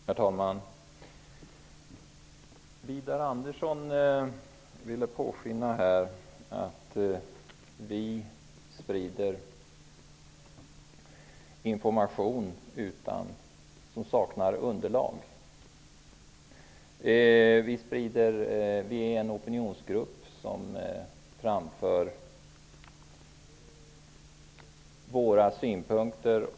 Herr talman! Widar Andersson vill påskina att vi sprider information som saknar underlag. Vi är en opinionsgrupp som framför våra synpunkter.